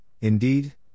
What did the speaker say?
indeed